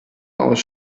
aus